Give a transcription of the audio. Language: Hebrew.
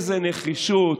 איזו נחישות,